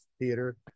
theater